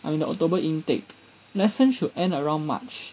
I'm the october intake lessons should end around march